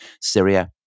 Syria